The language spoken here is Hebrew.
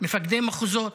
מפקדי מחוזות,